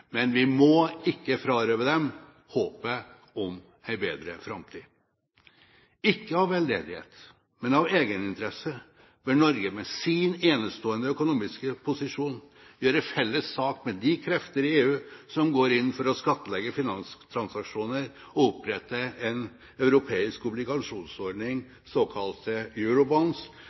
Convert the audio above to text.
men vi må ikke frarøve dem håpet om en bedre framtid. Ikke av veldedighet, men av egeninteresse bør Norge, med sin enestående økonomiske posisjon, gjøre felles sak med de krefter i EU som går inn for å skattlegge finanstransaksjoner og opprette en europeisk obligasjonsordning, såkalte